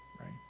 right